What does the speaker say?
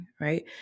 right